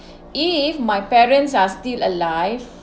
if my parents are still alive